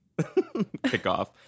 kickoff